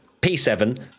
P7